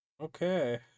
Okay